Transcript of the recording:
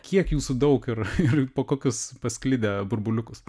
kiek jūsų daug ir ir po kokius pasklidę burbuliukus